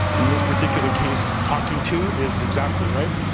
in this particular case talking to is exactly right.